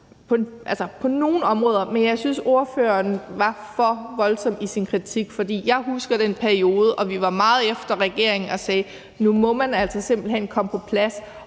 på nogle områder, men jeg synes, ordføreren var for voldsom i sin kritik. For jeg husker den periode, og vi var meget efter regeringen og sagde: Nu må man altså simpelt hen komme på plads,